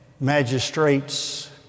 magistrates